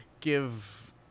give